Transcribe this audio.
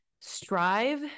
strive